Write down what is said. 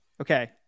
Okay